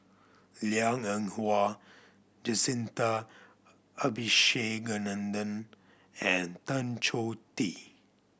Liang Eng Hwa Jacintha Abisheganaden and Tan Choh Tee